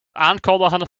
aankondigen